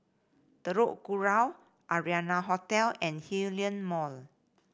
Telok Kurau Arianna Hotel and Hillion Mall